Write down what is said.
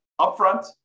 upfront